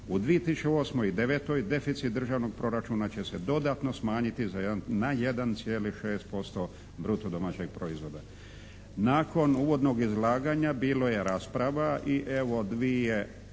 U 2008. i 2009. deficit državnog proračuna će se dodatno smanjiti na 1,6% bruto domaćeg proizvoda. Nakon uvodnog izlaganja bilo je rasprava i evo dvije